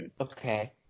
Okay